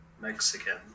mexican